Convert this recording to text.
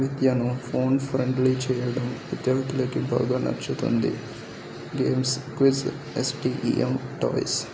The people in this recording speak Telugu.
విద్యను ఫోన్ ఫ్రెండ్లీ చేయడం విద్యార్థులకి బాగా నచ్చుతుంది గేమ్స్ క్విజ్ ఎస్టిఈఎం టాయిస్